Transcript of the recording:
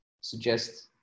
suggest